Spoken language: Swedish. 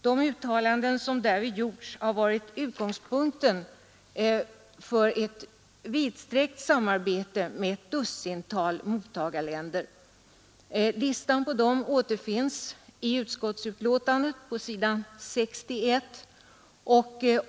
De uttalanden som därvid gjorts har varit utgångspunkten för ett vidsträckt samarbete med ett dussintal mottagarländer. Listan på dem återfinns i utskottsbetänkandet på s. 61.